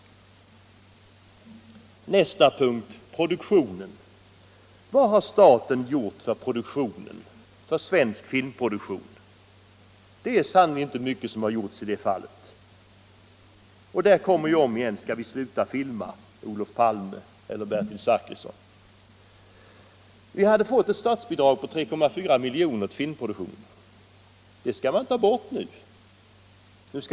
Vad har staten gjort för svensk filmproduktion? Det är sannerligen inte mycket. Återigen uppkommer frågan: Skall vi sluta filma, Olof Palme —- eller Bertil Zachrisson? Det finns ett statsbidrag på 3,4 milj.kr. till filmproduktionen, men det skall tas bort nu.